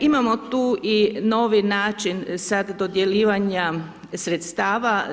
Imamo tu i novi način sad dodjeljivanja sredstava.